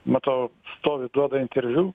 matau stovi duoda interviu